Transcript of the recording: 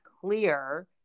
clear